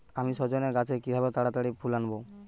আমি সজনে গাছে কিভাবে তাড়াতাড়ি ফুল আনব?